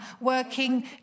working